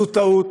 זאת טעות,